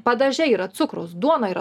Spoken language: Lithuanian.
padaže yra cukraus duonoj yra